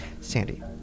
Sandy